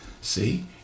see